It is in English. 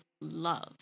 love